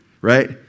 right